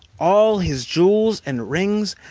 all his jewels and rings,